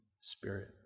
Spirit